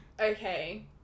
okay